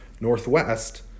northwest